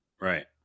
Right